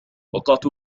وقعت